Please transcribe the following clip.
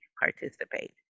participate